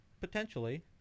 potentially –